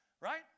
Right